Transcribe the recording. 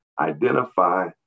identify